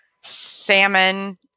salmon